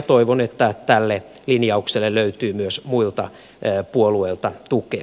toivon että tälle linjaukselle löytyy myös muilta puolueilta tukea